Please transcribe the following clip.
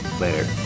later